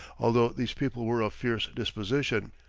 although these people were of fierce disposition.